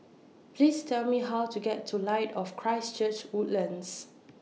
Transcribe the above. Please Tell Me How to get to Light of Christ Church Woodlands